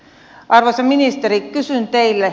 arvoisa ministeri kysyn teiltä